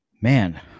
man